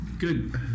Good